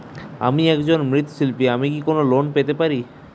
আমি একজন মৃৎ শিল্পী আমি কি কোন লোন পেতে পারি?